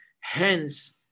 Hence